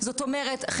זאת אומרת,